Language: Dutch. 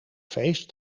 feest